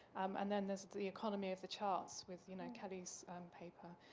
um and then, there's the economy of the charts with you know kelly's paper,